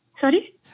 sorry